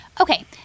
Okay